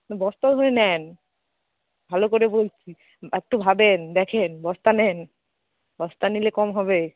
বস্তা ধরে নেন ভালো করে বলছি একটু ভাবেন দেখেন বস্তা নেন বস্তা নিলে কম হবে